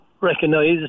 recognise